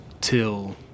till